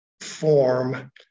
form